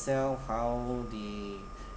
how the